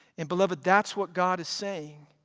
and beloved that's what god is saying